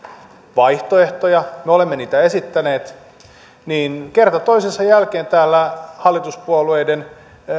vaihtoehtoja me olemme niitä esittäneet ihmettelen että kerta toisensa jälkeen täällä hallituspuolueiden